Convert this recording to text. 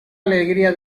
alegría